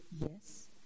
yes